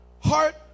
Heart